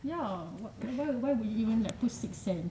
ya why why would you even put like six cents